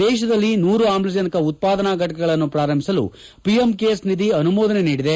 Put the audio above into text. ದೇಶದಲ್ಲಿ ನೂರು ಆಮ್ಲಜನಕ ಉತ್ಪಾದನಾ ಘಟಕಗಳನ್ನು ಪ್ರಾರಂಭಿಸಲು ಪಿಎಂ ಕೇರ್ಸ್ ನಿಧಿ ಅನುಮೋದನೆ ನೀಡಿದೆ